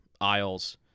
aisles